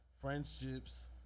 friendships